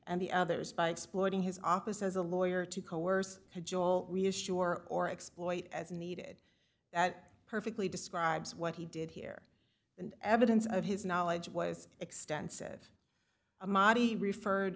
and the others by exploiting his office as a lawyer to coerce joel reassure or exploit as needed that perfectly describes what he did here and evidence of his knowledge was extensive a madi referred